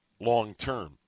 long-term